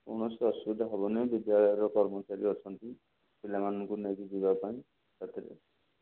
କୌଣସି ଅସୁବିଧା ହେବନାହିଁ ବିଦ୍ୟାଳୟର କର୍ମଚାରୀ ଅଛନ୍ତି ପିଲାମାନଙ୍କୁ ନେଇକି ଯିବା ପାଇଁ ସାଥିରେ